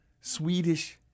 Swedish